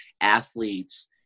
athletes